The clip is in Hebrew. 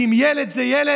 כי אם ילד זה ילד,